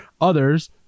Others